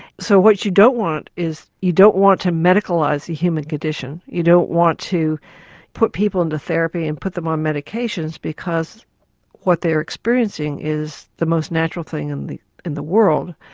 so what you don't want is you don't want to medicalise the human condition, you don't want to put people into therapy and put them on medications, because what they are experiencing is the most natural thing and in the world.